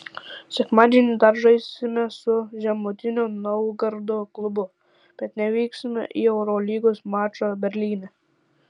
sekmadienį dar žaisime su žemutinio naugardo klubu bet nevyksime į eurolygos mačą berlyne